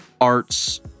Arts